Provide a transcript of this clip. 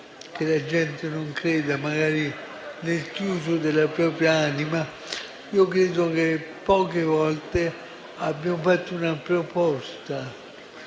che la gente non creda, magari nel chiuso della propria anima. Credo che poche volte abbiamo fatto una proposta